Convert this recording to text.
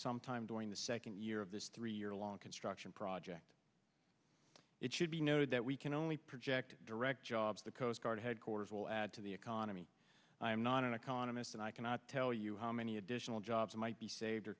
sometime during the second year of this three year long can project it should be noted that we can only project direct jobs the coast guard headquarters will add to the economy i am not an economist and i cannot tell you how many additional jobs might be saved